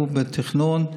הוא בתכנון,